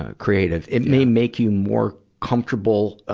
ah creative. it may make you more comfortable, ah,